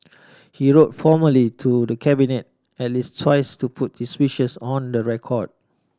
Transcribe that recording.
he wrote formally to the Cabinet at least twice to put his wishes on the record